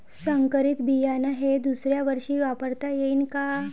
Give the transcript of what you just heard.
संकरीत बियाणे हे दुसऱ्यावर्षी वापरता येईन का?